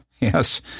Yes